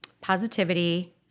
Positivity